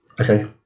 Okay